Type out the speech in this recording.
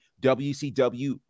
WCW